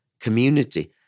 community